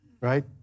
right